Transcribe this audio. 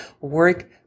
work